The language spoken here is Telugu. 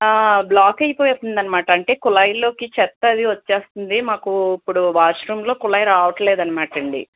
ఆ బ్లాక్ అయిపోతుంది అన్నమాట అంటే కుళాయిల్లోకి చెత్త అది వచ్చేస్తుంది మాకు ఇప్పుడు వాష్రూమ్లో కుళాయి రావట్లేదు అన్నమాట అండి